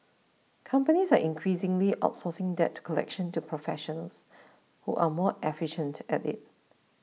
companies are increasingly outsourcing debt collection to professionals who are more efficient at it